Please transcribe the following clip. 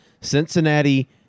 cincinnati